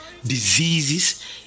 diseases